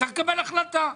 וצריך לקבל החלטה.